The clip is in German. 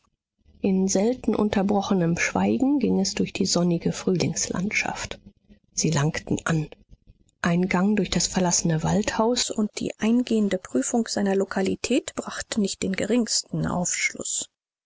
in selten unterbrochenem schweigen ging es durch die sonnige frühlingslandschaft sie langten an ein gang durch das verlassene waldhaus und die eingehende prüfung seiner lokalitäten brachte nicht den geringsten aufschluß